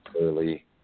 early